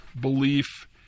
belief